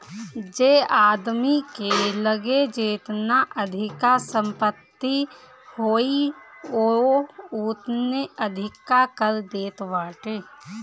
जे आदमी के लगे जेतना अधिका संपत्ति होई उ ओतने अधिका कर देत बाटे